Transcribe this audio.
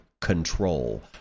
control